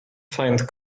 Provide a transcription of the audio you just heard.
find